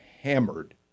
hammered